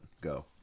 Go